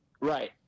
right